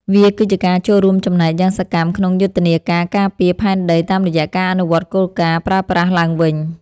វាគឺជាការចូលរួមចំណែកយ៉ាងសកម្មក្នុងយុទ្ធនាការការពារផែនដី តាមរយៈការអនុវត្តគោលការណ៍ ប្រើប្រាស់ឡើងវិញ។